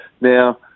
Now